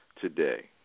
today